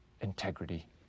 integrity